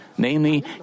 Namely